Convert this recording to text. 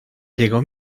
llego